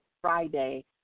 Friday